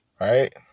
Right